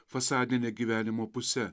fasadine gyvenimo puse